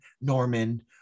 Norman